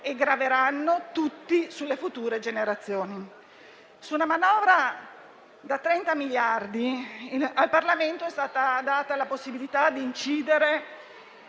e graveranno tutti sulle future generazioni. Su una manovra da 30 miliardi al Parlamento è stata data la possibilità di incidere